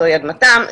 זוהי אדמתם,